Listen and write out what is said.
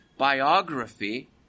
biography